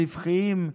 רווחיים,